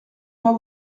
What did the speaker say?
pas